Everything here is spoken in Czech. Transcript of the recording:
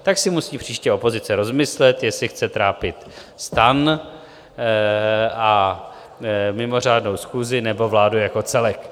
Tak si musí příště opozice rozmyslet, jestli chce trápit STAN a mimořádnou schůzi, nebo vládu jako celek.